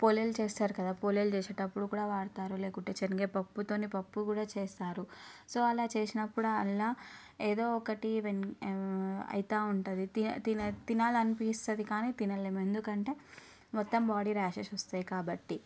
పోలేలు చేస్తారు కదా పోలేలు చేసేటప్పుడు కూడా వాడతారు లేకుంటే శనగపప్పుతోని పప్పు కూడా చేస్తారు సో అలా చేసినప్పుడు అండ్ల ఏదో ఒకటి అవుతూ ఉంటుంది తినే తిన తినాలనిపిస్తుంది కానీ తినలేము ఎందుకంటే మొత్తం బాడీ ర్యాషెస్ వస్తాయి కాబట్టి